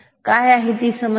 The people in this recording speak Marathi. काय आहे ती समस्या